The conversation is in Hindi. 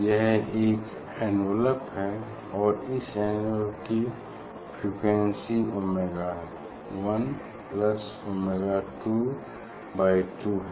यह एक एन्वॉलप है और इस एन्वॉलप की frequency omega 1 plus omega 2 by 2 हैं